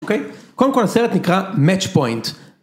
אוקיי? קודם כל הסרט נקרא Match Point.